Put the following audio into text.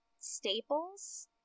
staples